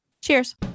cheers